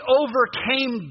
overcame